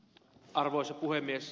arvoisa puhemies